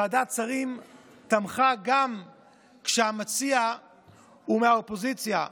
ועדת השרים תמכה גם כשהמציע הוא מהאופוזיציה,